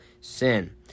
sin